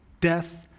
death